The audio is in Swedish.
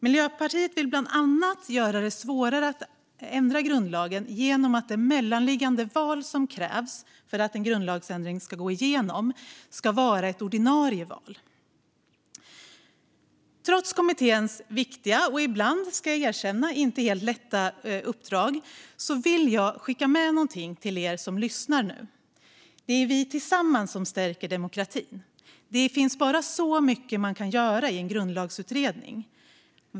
Miljöpartiet vill bland annat göra det svårare att ändra grundlagen genom att det mellanliggande val som krävs för att en grundlagsändring ska gå igenom ska vara ett ordinarie val. Trots kommitténs viktiga och ibland, ska jag erkänna, inte helt lätta uppdrag vill jag skicka med en sak till er som lyssnar. Det är vi tillsammans som stärker demokratin. Man kan bara göra en viss del i en grundlagsutredning.